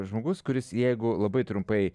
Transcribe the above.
žmogus kuris jeigu labai trumpai